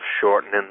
shortening